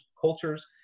cultures